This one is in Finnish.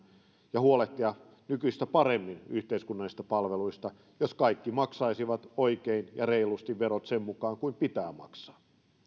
ja huolehtia nykyistä paremmin yhteiskunnallisista palveluista jos kaikki maksaisivat oikein ja reilusti verot sen mukaan kuin pitää maksaa